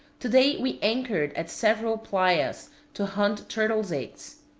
to-day we anchored at several plaias to hunt turtles' eggs.